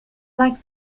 like